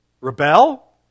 Rebel